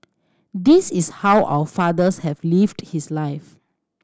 this is how our fathers has lived his life